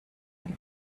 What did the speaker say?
ein